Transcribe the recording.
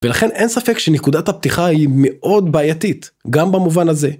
ולכן אין ספק שנקודת הפתיחה היא מאוד בעייתית, גם במובן הזה.